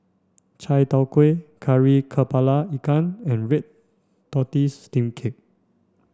Chai Tow Kuay Kari Kepala Ikan and red tortoise steamed cake